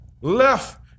left